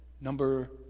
number